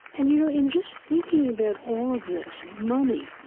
and you know, in just thinking about all of this money,